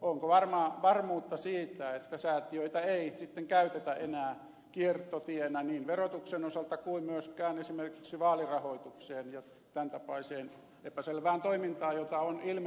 onko varmuutta siitä että säätiöitä ei sitten käytetä enää kiertotienä niin verotuksen osalta kuin myöskään esimerkiksi vaalirahoitukseen ja tämän tapaiseen epäselvään toimintaan jota on ilmennyt tällä hetkellä